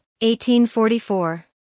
1844